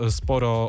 sporo